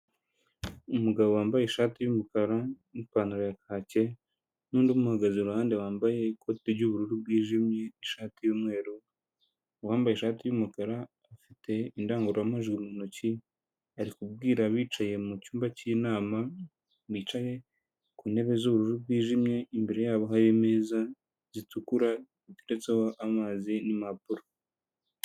Umugabo wambaye ishati y'umukara n'ipantaro ya kake n'undi umuhagaze iruhande, wambaye ikote ry'ubururu bwijimye, n'ishati y'umweru, uwambaye ishati y'umukara ufite indangururamajwi mu ntoki, ari kubwira abicaye mu cyumba k'inama bicaye ku ntebe z'ubururu bwijimye, imbere yabo hari imeza zitukura ziteretseho amazi n'impapuro.